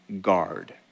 guard